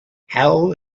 hell